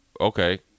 okay